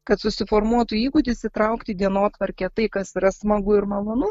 kad susiformuotų įgūdis įtraukti į dienotvarkę tai kas yra smagu ir malonu